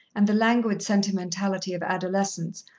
and the languid sentimentality of adolescence,